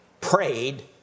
prayed